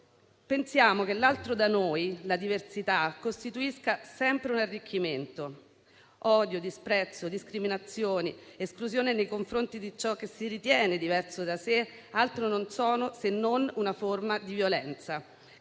Pensiamo che l'altro da noi, la diversità, costituisca sempre un arricchimento. Odio, disprezzo, discriminazioni, esclusione nei confronti di ciò che si ritiene diverso da sé altro non sono se non una forma di violenza